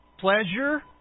pleasure